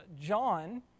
John